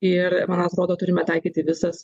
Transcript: ir man atrodo turime taikyti visas